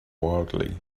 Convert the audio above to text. wildly